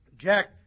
Jack